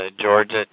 Georgia